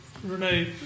Renee